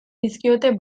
dizkiote